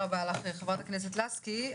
תודה רבה חברת הכנסת לסקי.